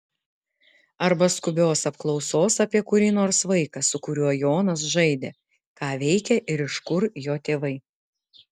arba skubios apklausos apie kurį nors vaiką su kuriuo jonas žaidė ką veikia ir iš kur jo tėvai